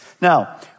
Now